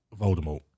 Voldemort